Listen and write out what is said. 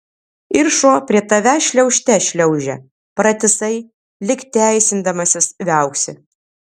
ir šuo prie tavęs šliaužte šliaužia pratisai lyg teisindamasis viauksi